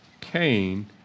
Cain